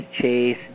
Chase